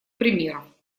примеров